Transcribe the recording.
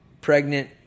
pregnant